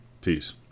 Peace